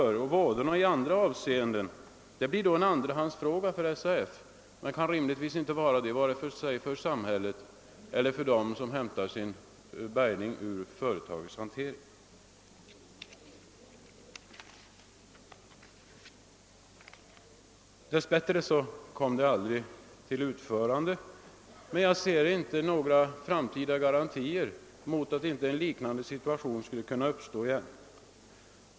Vådorna i andra avseenden blir en andrahandsfråga för SAF men kan rimligen inte bli det vare sig för samhället eller för dem som hämtar sin bärgning ur företagets hantering. Dess bättre kom denna lockout aldrig till stånd, men jag ser inga framtida garantier för att inte en liknande situation skulle kunna uppstå igen.